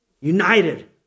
United